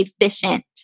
efficient